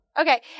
Okay